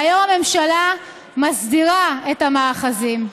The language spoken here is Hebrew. והיום הממשלה מסדירה את המאחזים.